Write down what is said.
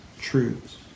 truths